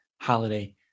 holiday